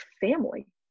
family